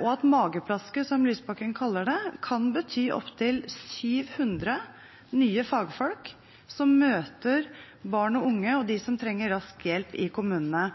og at «mageplasket», som Lysbakken kaller det, kan bety opptil 700 nye fagfolk som møter barn og unge og dem som trenger rask hjelp i kommunene.